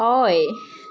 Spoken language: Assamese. হয়